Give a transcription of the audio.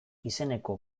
izeneko